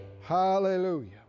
Hallelujah